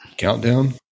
countdown